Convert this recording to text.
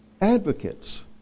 advocates